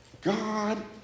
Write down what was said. God